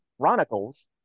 Chronicles